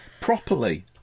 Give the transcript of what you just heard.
properly